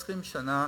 ש-20 שנה